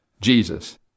Jesus